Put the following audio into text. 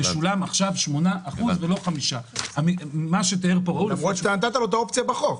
על זה ישולמו עכשיו 8% ולא 5%. למרות שנתת לו את האופציה בחוק.